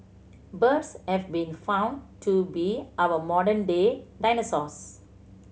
birds have been found to be our modern day dinosaurs